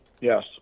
Yes